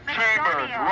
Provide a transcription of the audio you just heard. Chambers